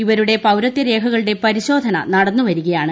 ഇവരുടെ പൌരത്വരേഖകളുടെ പരിശോധന നടന്നുവരികയാണ്